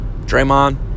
Draymond